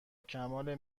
کمال